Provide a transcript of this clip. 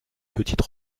petite